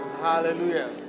Hallelujah